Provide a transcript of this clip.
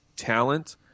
Talent